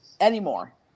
Anymore